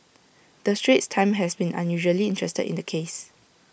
the straits times has been unusually interested in the case